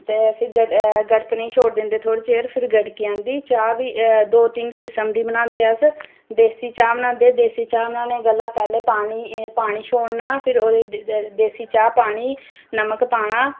ते फिर गड़कने गी छोड़ी दिंदे थोह्ड़ी चिर फिर चाह् बी दौ तीन किस्म दी बनांदे अस देसी चाह् बनांदे देसी चाह् बनाने गल्ला पैह्लें पानी छोड़ना भी ओह्दे च देसी चाह् पानी नमक पाना